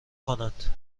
کنند